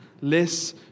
less